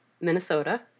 Minnesota